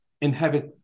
inhabit